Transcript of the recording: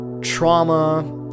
trauma